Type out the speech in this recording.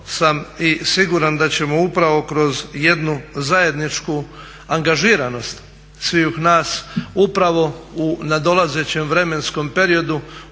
sam i sigurno da ćemo upravo kroz jednu zajedničku angažiranost svih nas upravo u nadolazećem vremenskom periodu